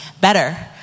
better